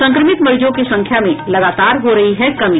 संक्रमित मरीजों की संख्या में लगातार हो रही है कमी